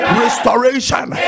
restoration